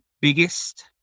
biggest